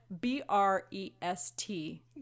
B-R-E-S-T